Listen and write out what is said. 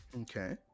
Okay